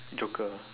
joker